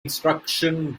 instruction